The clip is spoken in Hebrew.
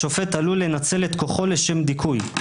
השופט עלול לנצל את כוחו לשם דיכוי".